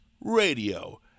radio